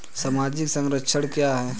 सामाजिक संरक्षण क्या है?